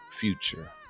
future